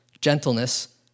gentleness